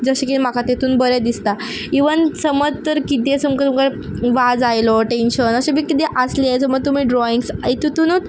जशें की म्हाका तेतून बरें दिसता इवन समज तर किदेंच तुमकां तुमकां वाज आयलो टेंशन अशें बी किदें आसलें समज तुमी ड्रॉइंग्स ए तितुनूत